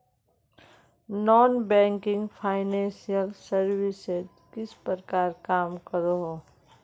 Non banking financial services किस प्रकार काम करोहो?